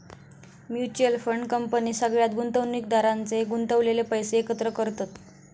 mutual fund company सगळ्या गुंतवणुकदारांचे गुंतवलेले पैशे एकत्र करतत